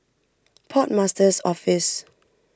Port Master's Office